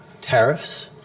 tariffs